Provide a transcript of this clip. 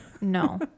No